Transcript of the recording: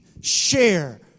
share